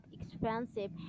expensive